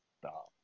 Stop